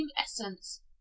essence